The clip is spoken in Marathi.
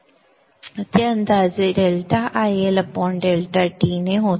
ते अंदाजे ∆IL ∆T ने होतील